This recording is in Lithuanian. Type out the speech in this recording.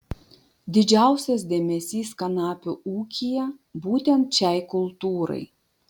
didžiausias dėmesys kanapių ūkyje būtent šiai kultūrai